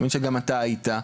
האמת שגם אתה היית.